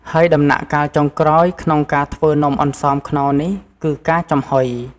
ហើយដំណាក់កាលចុងក្រោយក្នុងការធ្វើនំអន្សមខ្នុរនេះ គឺការចំហុយ។